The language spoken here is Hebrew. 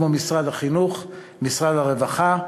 כמו משרד החינוך ומשרד הרווחה,